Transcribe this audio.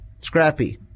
Scrappy